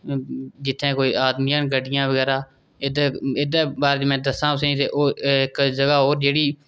जित्थै कोई औंदियां न गड्डियां बगैरा एह्दे एह्दे बारे च अ'ऊं दस्सां तुसें ई तां इक जगह होर जेह्ड़ी